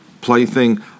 plaything